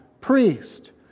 priest